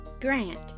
Grant